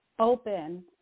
open